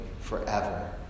forever